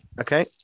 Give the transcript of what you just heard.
okay